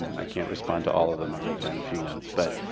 i can't respond to all of them, i wrote down a few notes. but